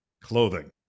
clothing